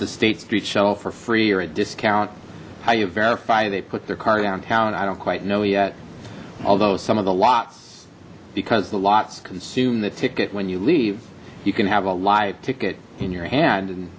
the state street shuttle for free or a discount how you verify they put their car downtown i don't quite know yet although some of the lots because the lots consume the ticket when you leave you can have a live ticket in your hand and